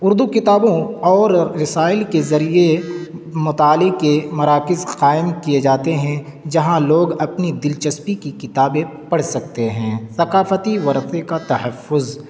اردو کتابوں اور رسائل کے ذریعے مطالعے کے مراکز قائم کیے جاتے ہیں جہاں لوگ اپنی دلچسپی کی کتابیں پڑھ سکتے ہیں ثقافتی ورثے کا تحفظ